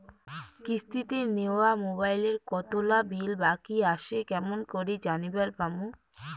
কিস্তিতে নেওয়া মোবাইলের কতোলা বিল বাকি আসে কেমন করি জানিবার পামু?